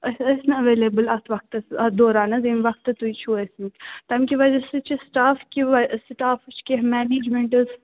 أسۍ ٲسۍ نہٕ ایٚویلیبُل اتھ وَقتَس اتھ دوران حظ ییٚمہِ وقتہٕ تُہۍ چھِو ٲسۍمتٕۍ تَمہِ کہِ وجہ سۭتۍ چھِ سِٹاف کہِ وَ سِٹافٕچ کیٚنٛہہ مینیجمٮ۪نٛٹ حظ